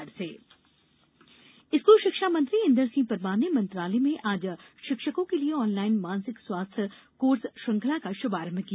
मानसिक स्वास्थ्य स्कूल शिक्षा मंत्री इन्दर सिंह परमार ने मंत्रालय में आज शिक्षकों के लिये ऑनलाइन मानसिक स्वास्थ्य कोर्स श्रृंखला का शुभारंभ किया